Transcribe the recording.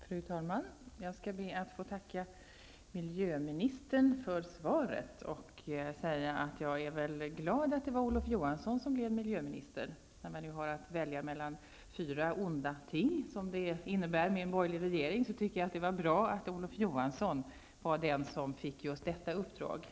Fru talman! Jag skall be att få tacka miljöministern för svaret. Jag är glad över att det är Olof Johansson som blev miljöminister. När man nu har att välja mellan fyra onda ting, som det innebär med en borgerlig regering, tycker jag att det var bra att Olof Johansson fick detta uppdrag.